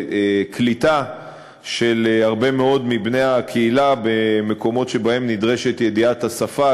קליטה של הרבה מאוד מבני הקהילה במקומות שבהם נדרשת ידיעת השפה,